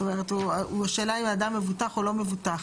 זאת אומרת הוא, השאלה אם אדם מבוטח או לא מבוטח.